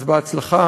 אז בהצלחה.